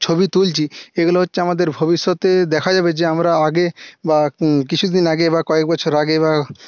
ছবি তুলছি এগুলো হচ্ছে আমাদের ভবিষ্যতে দেখা যাবে যে আমরা আগে বা কিছু দিন আগে বা কয়েক বছর আগে বা